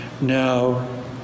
Now